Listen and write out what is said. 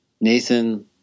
Nathan